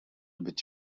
być